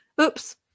Oops